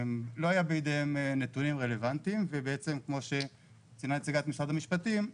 לא היו בידיהם נתונים רלוונטיים וכמו שציינה נציגת משרד המשפטים,